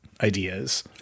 ideas